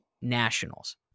Nationals